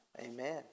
Amen